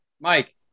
Mike